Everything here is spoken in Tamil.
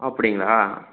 அப்படிங்களா